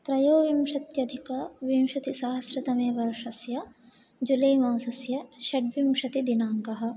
त्रयोविंशत्यधिकविंशतिसहस्रतमे वर्षस्य जुलै मासस्य षड्विंशतिदिनाङ्कः